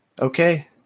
Okay